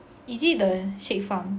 is it the sekfang